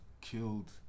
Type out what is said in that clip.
killed